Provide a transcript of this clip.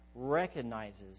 Recognizes